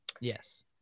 Yes